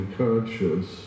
conscious